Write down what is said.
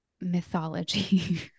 mythology